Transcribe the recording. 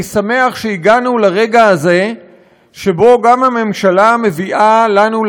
אני שמח שהגענו לרגע הזה שבו גם הממשלה מביאה לנו,